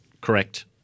correct